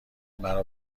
مرا